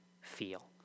feel